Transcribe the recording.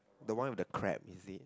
the one with the crab is it